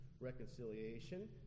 reconciliation